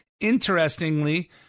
interestingly